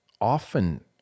often